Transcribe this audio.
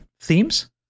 themes